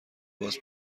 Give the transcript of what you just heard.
باز